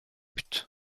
buts